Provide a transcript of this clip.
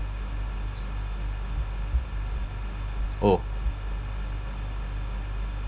oh